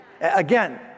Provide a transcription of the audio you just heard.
again